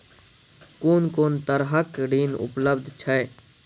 कून कून तरहक ऋण उपलब्ध छै?